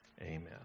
Amen